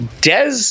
Des